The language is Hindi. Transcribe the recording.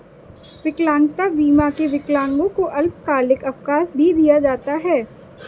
विकलांगता बीमा में विकलांगों को अल्पकालिक अवकाश भी दिया जाता है